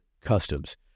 customs